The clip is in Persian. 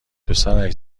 پسرش